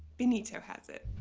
benito has it.